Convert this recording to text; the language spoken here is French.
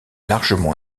largement